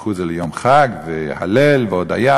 שהפכו את זה ליום חג והלל והודיה,